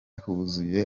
huzuye